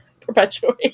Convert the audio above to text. perpetuate